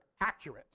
accurate